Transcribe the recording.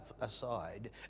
aside